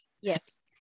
Yes